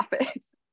office